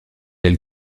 elle